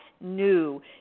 new